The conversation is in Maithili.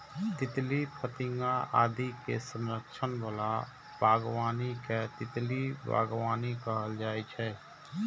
तितली, फतिंगा आदि के संरक्षण बला बागबानी कें तितली बागबानी कहल जाइ छै